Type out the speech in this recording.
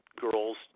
Girls